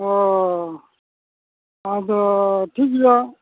ᱚᱸᱻ ᱟᱫᱚ ᱴᱷᱤᱠ ᱜᱮᱭᱟ